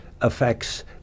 affects